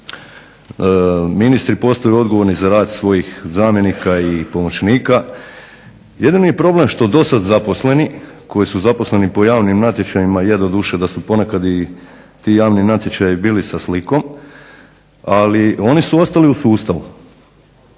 Ministri postaju odgovorni za rad svojih zamjenika i pomoćnika, jedini problem što do sada zaposleni koji su zaposleni po javnim natječajima, je doduše da su ti ponekad javni natječaji bili sa slikom, ali oni su ostali u sustavu.